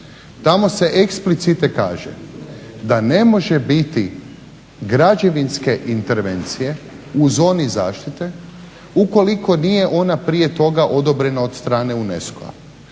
Tamo se eksplicite kaže da ne može biti građevinske intervencije u zoni zaštite ukoliko nije ona prije toga odobrena od strane UNESCO-a.